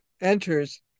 enters